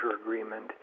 agreement